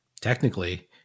technically